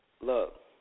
look